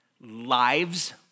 lives